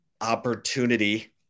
opportunity